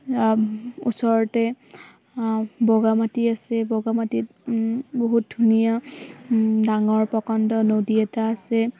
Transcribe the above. ওচৰতে বগা মাটি আছে বগা মাটিত বহুত ধুনীয়া ডাঙৰ প্ৰকাণ্ড নদী এটা আছে